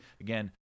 again